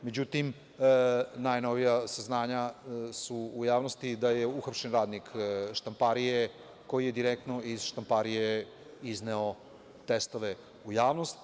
Međutim, najnovija saznanja su da je uhapšen radnik štamparije koji je direktno iz štamparije izneo testove u javnost.